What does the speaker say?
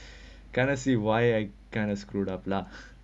cannot see why I kind of screwed up lah